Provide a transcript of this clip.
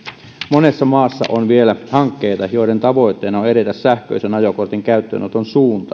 monissa maissa on vielä hankkeita joiden tavoitteena on edetä sähköisen ajokortin käyttöönoton suuntaan